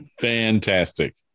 Fantastic